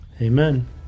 Amen